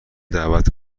دعوت